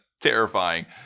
terrifying